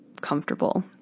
comfortable